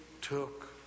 took